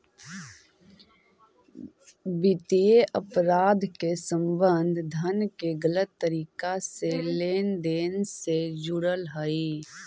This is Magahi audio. वित्तीय अपराध के संबंध धन के गलत तरीका से लेन देन से जुड़ल हइ